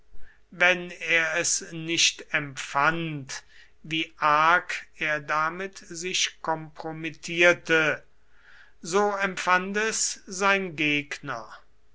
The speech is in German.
wenn er es nicht empfand wie arg er damit sich kompromittierte so empfand es sein gegner